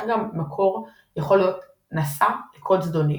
כך גם קוד מקור יכול להוות "נשא" ל"קוד זדוני"